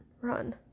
Run